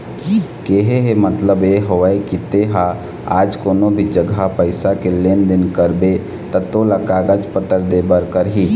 केहे के मतलब ये हवय के ते हा आज कोनो भी जघा पइसा के लेन देन करबे ता तोला कागज पतर देबे करही